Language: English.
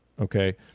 okay